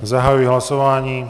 Zahajuji hlasování.